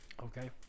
Okay